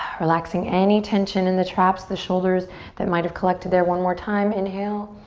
relaxing any tension in the traps, the shoulders that might have collected there. one more time, inhale.